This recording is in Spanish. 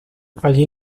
allí